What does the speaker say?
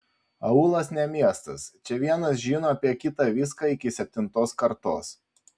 aūlas ne miestas čia vienas žino apie kitą viską iki septintos kartos